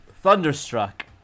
Thunderstruck